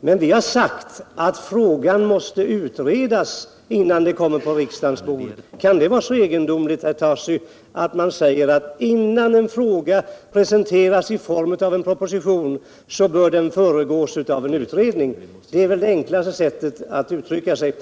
Vi har sagt att frågan måste utredas innan den kommer på riksdagens bord. Kan det vara så egendomligt, herr Tarschys, att vi säger att innan en fråga presenteras i form av en proposition, bör den föregås av en utredning? Det är väl enklaste sättet att uttrycka sig.